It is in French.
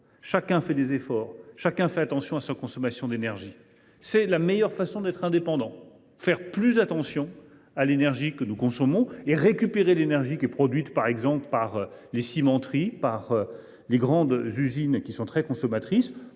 Chacun fait des efforts, chacun fait attention à sa consommation d’énergie, et c’est la meilleure façon d’être indépendant. Faire plus attention à l’énergie que nous consommons et récupérer l’énergie produite, par exemple, par les cimenteries ou les autres grandes usines consommatrices,